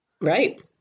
Right